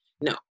No